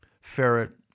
ferret